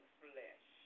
flesh